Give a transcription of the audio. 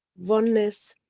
oneness,